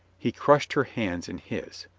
he crushed her hands in his.